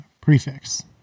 prefix